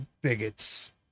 bigots